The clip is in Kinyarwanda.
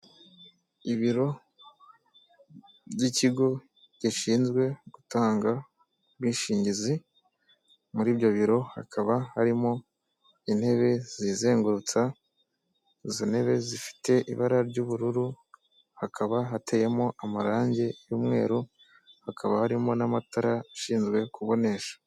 Ibiro by'ikigo gishinzwe gutanga ubwishingizi, muri ibyo biro hakaba harimo intebe zizengurutsa, izo ntebe zifite ibara ry'ubururu, hakaba hateyemo amarangi y'umweru, hakaba harimo n'amatara ashinzwe kubonesha.